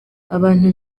abantu